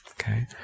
Okay